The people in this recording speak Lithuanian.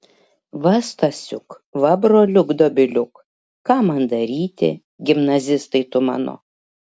va stasiuk va broliuk dobiliuk ką man daryti gimnazistai tu mano